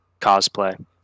cosplay